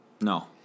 No